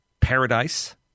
paradise